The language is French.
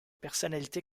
personnalités